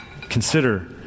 consider